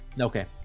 Okay